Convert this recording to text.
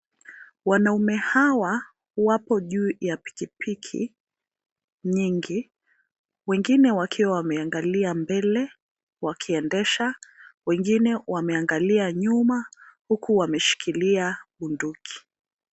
Wanaume hawa, wapo juu ya pikipiki nyingi, wengine wakiwa wameangalia mbele, wakiendesha, wengine wameangalia nyuma, huku wameshikilia bunduki.